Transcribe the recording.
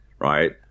right